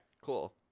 cool